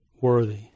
worthy